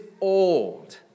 old